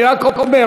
אני רק אומר,